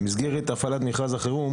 במסגרת הפעלת מכרז החירום